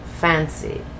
fancy